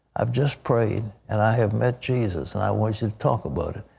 i've just prayed, and i have met jesus, and i want you to talk about it.